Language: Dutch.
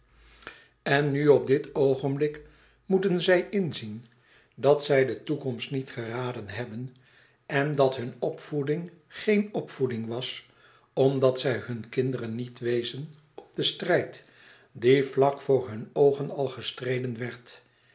en nu op dit oogenblik moeten zij inzien dat zij de toekomst niet geraden hebben en dat hunne opvoeding geen opvoeding was omdat zij hunne kinderen niet wezen op den strijd die vlak voor hunne oogen al gestreden werd